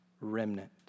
remnant